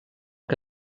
que